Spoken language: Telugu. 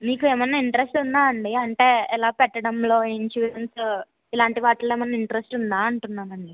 మీకు ఏమైనా ఇంట్రెస్ట్ ఉందా అండి అంటే ఇలా పెట్టడంలో ఇన్సూరెన్స్ ఇలాంటి వాటిల్లో ఏమైనా ఇంట్రెస్ట్ ఉందా అంటున్నామండి